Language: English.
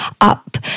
up